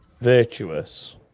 Virtuous